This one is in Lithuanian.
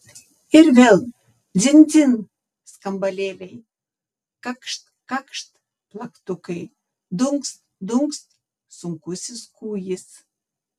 ir vėl dzin dzin skambalėliai kakšt kakšt plaktukai dunkst dunkst sunkusis kūjis